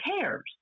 cares